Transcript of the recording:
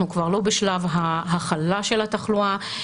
בשלב ההכלה של התחלואה,